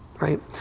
right